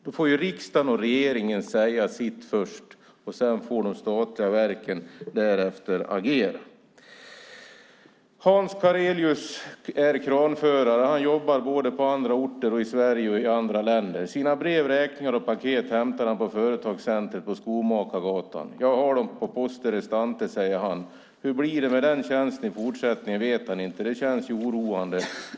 Då får riksdagen och regeringen säga sitt först, och därefter får de statliga verken agera. Hans Karelius är kranförare. Han jobbar på olika orter i Sverige och i andra länder. Sina brev, räkningar och paket hämtar han på företagscenter på Skomakargatan. Jag har dem på poste restante, säger han. Hur det blir med den tjänsten i fortsättningen vet han inte. Det känns oroande.